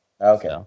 Okay